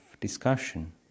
discussion